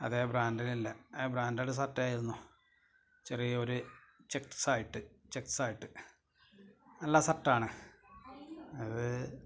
അതേ ബ്രാന്ഡിലുള്ള branded shirt ആയിരുന്നു ചെറിയ ഒരു ചെക്സ് ആയിട്ട് ചെക്സ് ആയിട്ട് നല്ല സര്ട്ട് ആണ് അത്